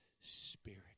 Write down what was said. spirit